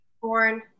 Corn